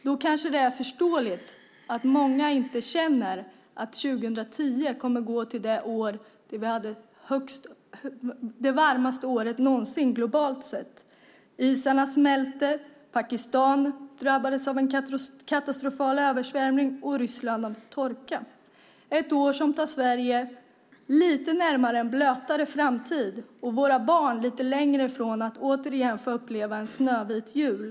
Då kanske det är förståeligt att många inte känner att 2010 kommer att vara det varmaste året någonsin globalt sett. Isarna smälter, Pakistan har drabbats av en katastrofal översvämning och Ryssland av torka. Det har varit ett år som tagit Sverige lite närmare en blötare framtid och våra barn lite längre från att återigen få uppleva en vit jul.